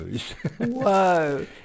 Whoa